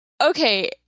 Okay